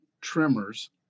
tremors